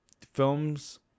films